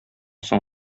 соң